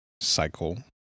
cycle